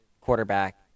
quarterback